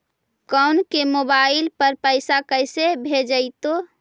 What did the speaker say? कोई के मोबाईल पर पैसा कैसे भेजइतै?